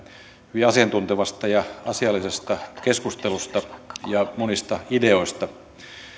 hyvin asiantuntevasta ja asiallisesta keskustelusta ja monista ideoista